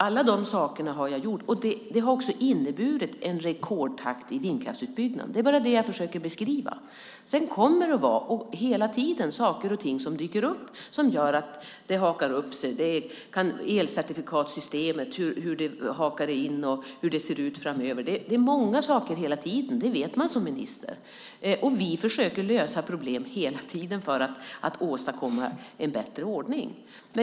Alla dessa åtgärder har jag vidtagit och det har inneburit en rekordtakt i vindkraftsutbyggnaden. Det är bara det jag försöker beskriva. Sedan kommer det att dyka upp saker och ting som gör att det hakar upp sig, hur elcertifikatssystemet ser ut framöver och annat. Det handlar hela tiden om många olika saker; det vet man som minister. Vi försöker ständigt lösa problem för att åstadkomma en bättre ordning.